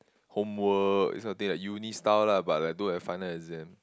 homework this kind of thing like uni style lah but like don't have final exam